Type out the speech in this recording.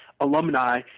alumni